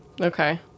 Okay